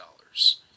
dollars